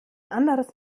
anderes